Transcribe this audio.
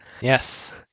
Yes